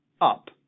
up